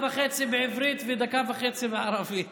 דוד, תרשה לי.